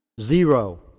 Zero